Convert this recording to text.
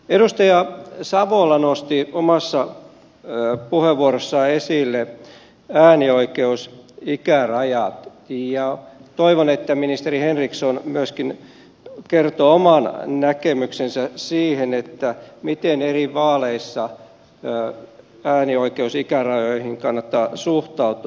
edustaja savola nosti omassa puheenvuorossaan esille äänioikeusikärajat ja toivon että myöskin ministeri henriksson kertoo oman näkemyksensä siitä miten eri vaaleissa äänioikeusikärajoihin kannattaa suhtautua